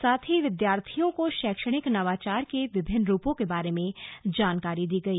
साथ ही विद्यार्थियों को शैक्षणिक नवाचार के विभिन्न रूपों के बारे में जानकारी दी गई